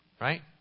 right